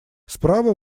справа